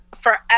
forever